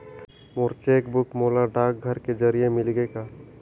मोर cheque book मोला डाक के जरिए मिलगे हे